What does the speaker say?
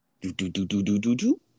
Do-do-do-do-do-do-do